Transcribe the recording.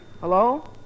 Hello